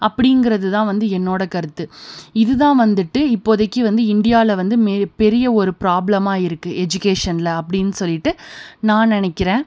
அப்படிங்கிறது தான் வந்து என்னோடய கருத்து இதுதான் வந்துட்டு இப்போதைக்கு வந்து இந்தியால வந்து மே பெரிய ஒரு ப்ராபளமாக இருக்குது எஜுகேஷனில் அப்படின்னு சொல்லிட்டு நான் நினைக்கிறேன்